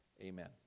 amen